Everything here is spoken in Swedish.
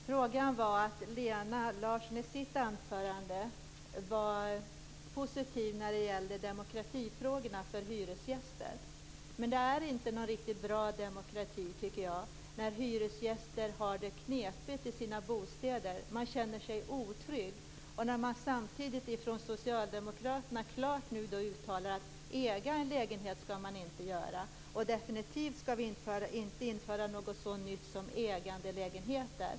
Fru talman! Frågan gällde att Lena Larsson i sitt anförande var positiv vad avsåg hyresgästernas demokratifrågor. Jag tycker dock att det inte är någon riktigt bra demokrati när hyresgäster har det knepigt i sina bostäder. Då känner de sig otrygga. Samtidigt uttalar socialdemokraterna nu klart att man inte skall äga en lägenhet. Det skall definitivt inte införas något så nytt som ägarlägenheter.